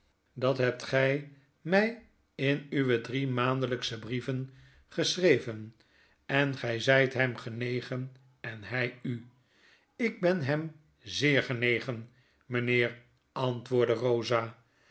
dat hebt gij mij in uwe drie maandelyksche brieven geschreven en gy zyt hem genegen en hy u ik ben hem zeer genegen mynheer antwoordde rosa